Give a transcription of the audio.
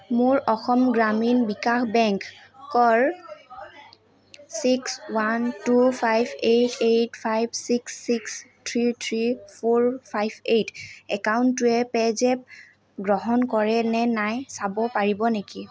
মোৰ অসম গ্ৰামীণ বিকাশ বেংকৰ six one two five eight eight five six six three three four five eight একাউণ্টটোৱে PayZapp গ্ৰহণ কৰেনে নাই চাব পাৰিব নেকি